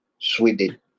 sweden